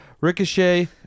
Ricochet